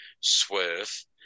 Swerve